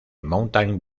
mountain